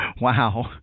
Wow